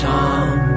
Tom